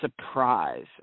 surprise